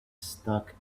stuck